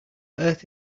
earth